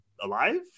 alive